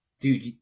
Dude